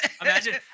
Imagine